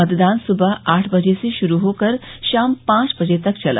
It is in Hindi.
मतदान सुबह आठ बजे से शुरू होकर शाम पांच बजे तक चला